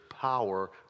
power